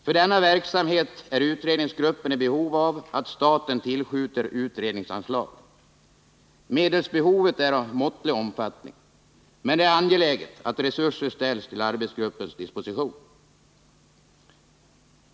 För denna verksamhet är utredningsgruppen i behov av att staten tillskjuter utredningsanslag. Medelsbehovet är av måttlig omfattning, men det är angeläget att resurser ställs till arbetsgruppens disposition.